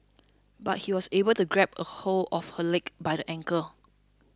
but he was able to grab hold of her leg by the ankle